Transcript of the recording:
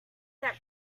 that